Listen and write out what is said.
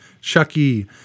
Chucky